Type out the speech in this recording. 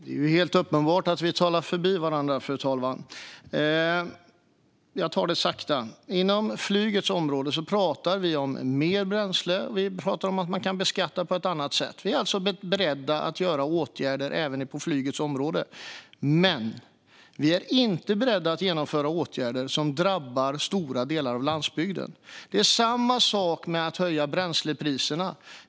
Fru talman! Det är helt uppenbart att vi talar förbi varandra. Jag tar det sakta. Inom flygets område talar vi om mer bränsle och om att man kan beskatta på ett annat sätt. Vi är alltså beredda att vidta åtgärder även på flygets område. Men vi är inte beredda att vidta åtgärder som drabbar stora delar av landsbygden. Det är samma sak när det gäller att höja bränslepriserna.